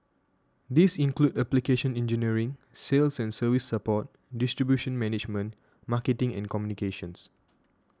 these include application engineering sales and service support distribution management marketing and communications